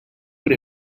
what